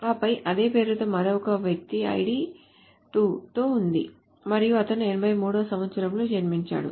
ఆపై అదే పేరుతో మరొక వ్యక్తి ఐడి 2 తో ఉంది మరియు అతను 83 వ సంవత్సరంలో జన్మించాడు